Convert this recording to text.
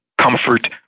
comfort